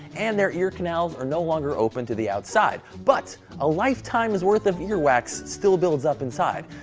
and their ear canals are no longer open to the outside. but a lifetime's worth of earwax still builds up inside.